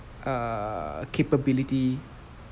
err capability